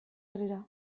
herrira